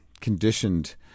conditioned